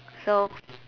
so